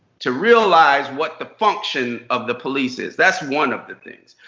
to realize what the function of the police is. that's one of the things.